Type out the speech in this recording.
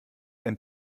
ein